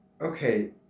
Okay